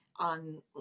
on